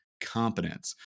competence